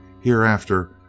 Hereafter